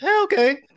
okay